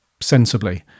sensibly